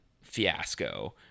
fiasco